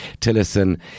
Tillerson